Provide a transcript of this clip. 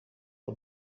for